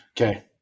Okay